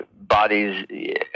bodies